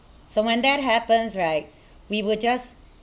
so when that happens right we would just